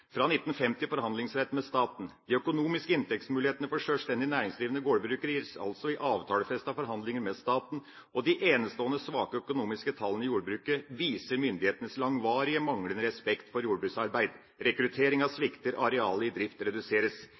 fra 1950 forhandlingsrett med staten. De økonomiske inntektsmulighetene for selvstendig næringsdrivende gårdbrukere gir i avtalefestede forhandlinger med staten de enestående svake økonomiske tallene i jordbruket, og viser myndighetenes langvarige manglende respekt for jordbruksarbeid. Rekrutteringa svikter, og arealet i drift reduseres.